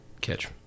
catch